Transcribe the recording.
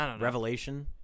revelation